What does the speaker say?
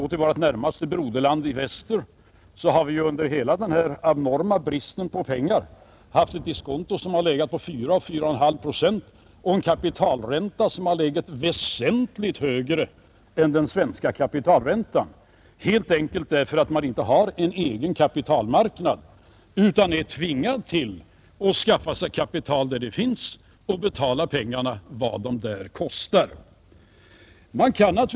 I vårt närmaste broderland i väster har man under hela den här abnorma bristen på pengar haft ett diskonto som legat på 4—4 1/2 procent och en kapitalränta som legat väsentligt högre än den svenska kapitalräntan, helt enkelt därför att man inte har en egen kapitalmarknad utan är tvingad att skaffa sig kapital där det finns och betala vad det där kostar.